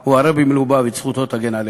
ראה, הרבי מלובביץ', זכותו תגן עלינו.